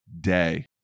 day